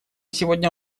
сегодня